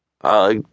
Uh